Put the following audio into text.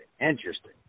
interesting